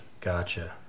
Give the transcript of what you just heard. Gotcha